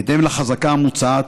בהתאם לחזקה המוצעת,